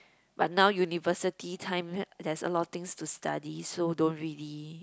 but now university time there's a lot of things to study so don't really